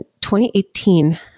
2018